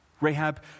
Rahab